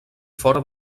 fora